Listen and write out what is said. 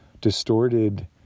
distorted